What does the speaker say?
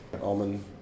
Almond